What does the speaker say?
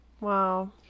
Wow